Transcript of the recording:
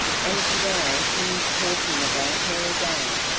and to-day he is talking about her again,